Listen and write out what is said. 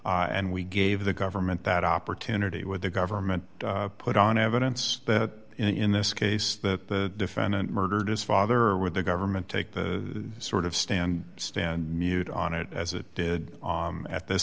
evidence and we gave the government that opportunity where the government put on evidence that in this case that the defendant murdered his father with the government take the sort of stand stand mute on it as it did at this